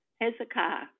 Hezekiah